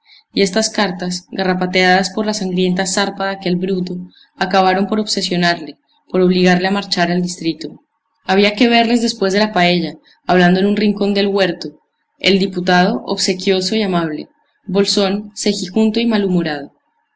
y estas cartas garrapateadas por la sangrienta zarpa de aquel bruto acabaron por obsesionarle por obligarle a marchar al distrito había que verles después de la paella hablando en un rincón del huerto el diputado obsequioso y amable bolsón cejijunto y malhumorado